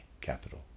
capital